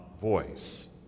voice